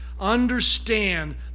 Understand